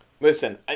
listen